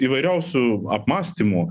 įvairiausių apmąstymų